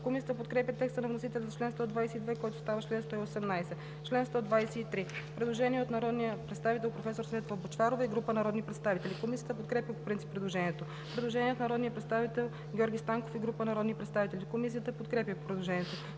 Комисията подкрепя текста на вносителя за чл. 122, който става чл. 118. По чл. 123 има предложение на народния представител Светла Бъчварова и група народни представители. Комисията подкрепя по принцип предложението. Предложение от народния представител Георги Станков и група народни представители. Комисията подкрепя предложението.